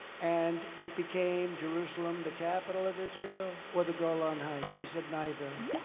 and it became jerusalem, the capital of israel? or the golan heights? he said, neither.